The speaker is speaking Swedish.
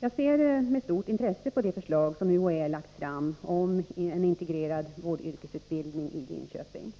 Jag ser med stort intresse på det förslag som UHÄ lagt fram om en integrerad vårdyrkesutbildning i Linköping.